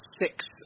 six